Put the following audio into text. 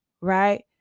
Right